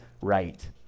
right